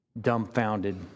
dumbfounded